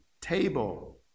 table